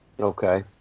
okay